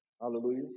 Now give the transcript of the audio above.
hallelujah